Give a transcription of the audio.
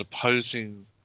supposing